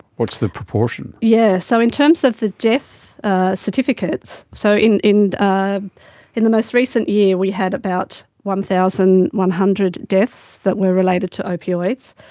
what's the proportion? yes, yeah so in terms of the death certificates, so in in ah in the most recent year we had about one thousand one hundred deaths that were related to opioids.